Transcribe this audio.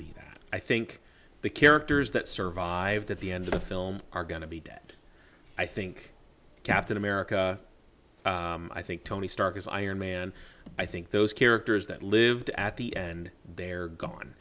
that i think the characters that survived at the end of the film are going to be dead i think captain america i think tony stark is iron man i think those characters that lived at the end they're gone